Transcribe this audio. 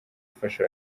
ifasha